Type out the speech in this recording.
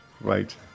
Right